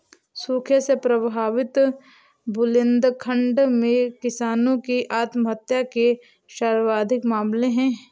सूखे से प्रभावित बुंदेलखंड में किसानों की आत्महत्या के सर्वाधिक मामले है